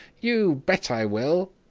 you bet i will!